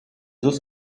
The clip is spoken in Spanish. dos